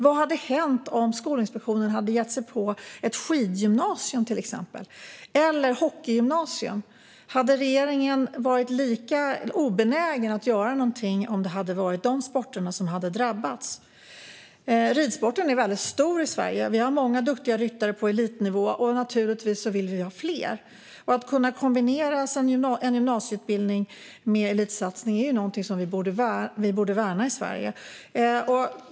Vad hade hänt om Skolinspektionen hade fattat beslut om till exempel ett skidgymnasium eller ett hockeygymnasium? Hade regeringen varit lika obenägen att göra någonting om dessa sporter hade drabbats? Ridsporten är stor i Sverige. Vi har många duktiga ryttare på elitnivå och naturligtvis vill vi ha fler. Att kunna kombinera en gymnasieutbildning med elitsatsning är något som vi borde värna i Sverige.